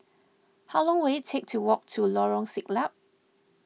how long will it take to walk to Lorong Siglap